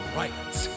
right